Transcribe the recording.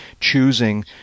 choosing